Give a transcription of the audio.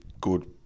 good